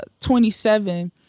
27